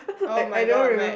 oh-my-god mate